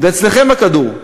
ואצלכם הכדור,